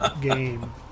game